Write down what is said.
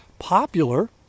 popular